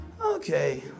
Okay